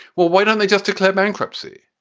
well, why don't they just declare bankruptcy?